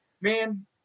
Man